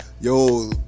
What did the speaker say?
Yo